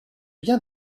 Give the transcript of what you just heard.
bien